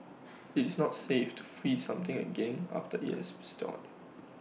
IT is not safe to freeze something again after IT has thawed